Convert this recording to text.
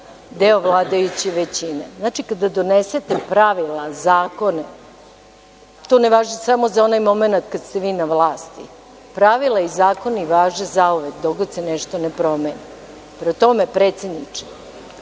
deo vladajuće većine. Znači, kada donesete pravila, zakone, to ne važi samo za onaj momenat kada ste vi na vlasti. Pravila i zakoni važe zauvek dok god se nešto ne promeni. Prema tome predsedniče,